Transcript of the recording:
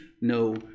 no